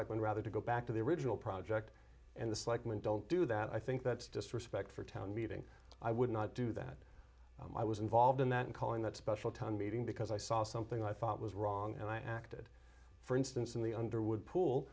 like when rather to go back to the original project and this like men don't do that i think that's disrespect for town meeting i would not do that i was involved in that in calling that special town meeting because i saw something i thought was wrong and i acted for instance in the underwood pool